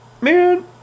man